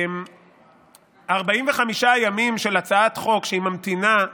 45 ימים הצעת חוק ממתינה בהנחה,